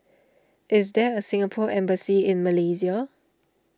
is there a Singapore Embassy in Malaysia